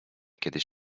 kiedyś